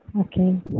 Okay